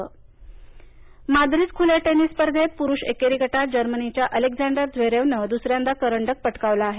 Madrid tennis Madrid खुल्या tennis स्पर्धेत पुरूष एकेरी गटात जर्मनीच्या अलेक्झांडर झ्वेरेवनं दुसर्यांदा करंडक पटकावला आहे